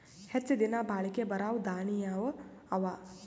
ಹೆಚ್ಚ ದಿನಾ ಬಾಳಿಕೆ ಬರಾವ ದಾಣಿಯಾವ ಅವಾ?